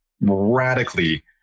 radically